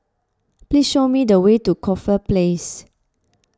please show me the way to Corfe Place